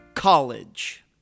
college